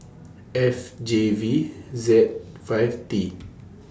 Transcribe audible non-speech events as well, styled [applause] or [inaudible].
[noise] F J V Z five T [noise]